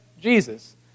Jesus